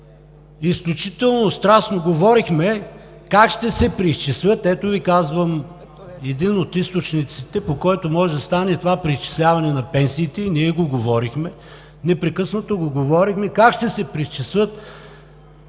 – изключително страстно говорихме как ще се преизчислят, дето Ви казвам, един от източниците, по който може да стане това преизчисляване на пенсиите. Ние го говорихме, непрекъснато го говорехме как ще се преизчислят